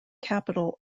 capital